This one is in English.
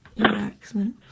Excellent